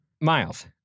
Miles